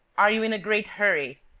are you in a great hurry?